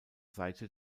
seite